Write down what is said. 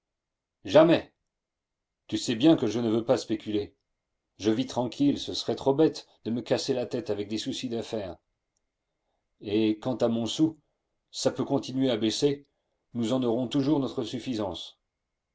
jamais tu sais bien que je ne veux pas spéculer je vis tranquille ce serait trop bête de me casser la tête avec des soucis d'affaires et quant à montsou ça peut continuer à baisser nous en aurons toujours notre suffisance